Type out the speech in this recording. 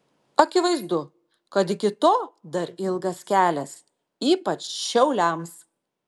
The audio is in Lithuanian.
akivaizdu kad iki to dar ilgas kelias ypač šiauliams